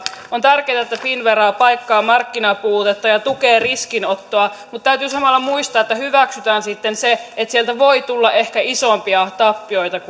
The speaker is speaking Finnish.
on tärkeätä että finnvera paikkaa markkinapuutetta ja tukee riskinottoa mutta täytyy samalla muistaa että hyväksytään sitten se että sieltä voi tulla ehkä isompia tappioita